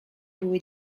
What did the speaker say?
były